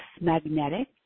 magnetic